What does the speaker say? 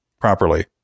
properly